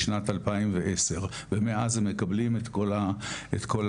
בשנת 2010 ואז הם מקבלים את כל כספים,